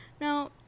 Now